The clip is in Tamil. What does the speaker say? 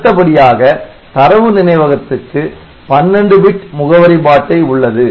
அடுத்தபடியாக தரவு நினைவகத்துக்கு 12 பிட் முகவரி பாட்டை உள்ளது